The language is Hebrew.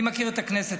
אני מכיר את הכנסת,